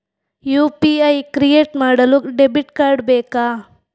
UPI create ಮಾಡಲು debit card ಬೇಕಾ?